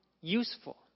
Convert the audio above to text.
useful